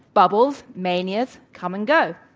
bubbles, manias come and go.